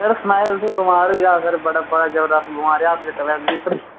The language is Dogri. सर सनाया तुसेंगी बमार होई गेआ सर बड़ा बड़ा जबरदस्त बमार रेहा हस्पिटल ऐडमिट